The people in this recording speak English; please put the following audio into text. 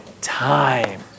Time